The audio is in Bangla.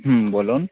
হুম বলুন